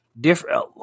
different